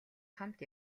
хамт